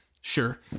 Sure